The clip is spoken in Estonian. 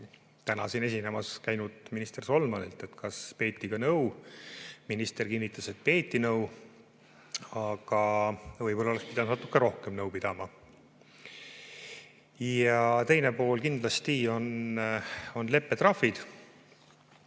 täna siin esinemas käinud minister Solmanilt, et kas peeti nõu. Minister kinnitas, et peeti nõu. Aga võib-olla oleks pidanud natuke rohkem nõu pidama. Teine [murekoht] on kindlasti leppetrahvid.